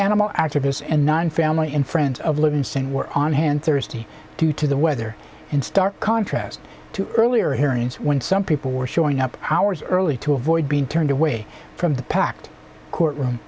animal activists and nine family and friends of livingston were on hand thursday due to the weather in stark contrast to earlier hearings when some people were showing up hours early to avoid being turned away from the packed courtroom